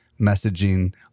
messaging